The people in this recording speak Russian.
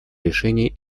решения